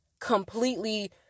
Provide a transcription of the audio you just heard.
completely